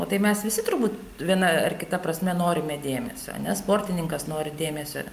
o tai mes visi turbūt viena ar kita prasme norime dėmesio ar ne sportininkas nori dėmesio